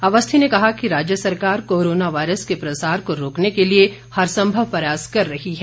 अवस्थी ने कहा कि राज्य सरकार कोरोना वायरस के प्रसार को रोकने के लिए हरसंभव प्रयास कर रही है